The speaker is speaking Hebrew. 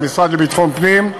המשרד לביטחון פנים,